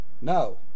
No